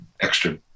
extra